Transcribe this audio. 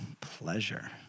pleasure